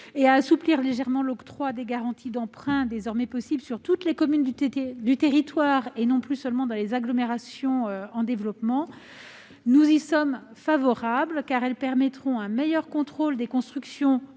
et à assouplir légèrement l'octroi des garanties d'emprunt, désormais possible sur toutes les communes du territoire, et non plus seulement dans les agglomérations en développement. Nous sommes favorables à cette disposition, car elle permettra un meilleur contrôle des constructions